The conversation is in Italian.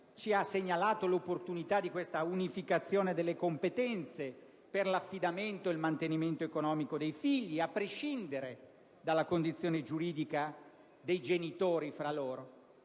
ci ha segnalato l'opportunità di questa unificazione delle competenze per l'affidamento e il mantenimento economico dei figli, a prescindere dal vincolo giuridico tra i genitori.